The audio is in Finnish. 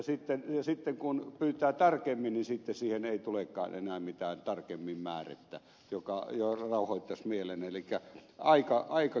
sitten kun pyytää tarkemmin niin sitten siihen ei tulekaan enää mitään tarkemmin määrettä joka rauhoittaisi mielen elikkä aika kiusallinen tilanne